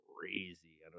crazy